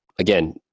Again